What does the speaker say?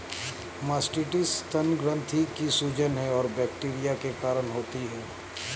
mastitis स्तन ग्रंथि की सूजन है और बैक्टीरिया के कारण होती है